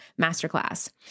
masterclass